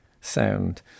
sound